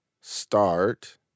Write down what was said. start